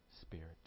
Spirit